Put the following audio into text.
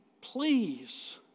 please